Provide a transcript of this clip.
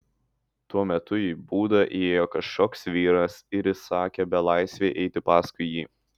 tuo metu į būdą įėjo kažkoks vyras ir įsakė belaisvei eiti paskui jį